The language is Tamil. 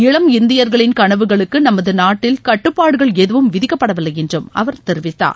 இளம் இந்தியர்களின் கனவுகளுக்கு நமது நாட்டில் கட்டுப்பாடுகள் எதுவும் விதிக்கப்படவில்லை என்றும் அவர் தெரிவித்தார்